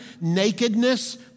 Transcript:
nakedness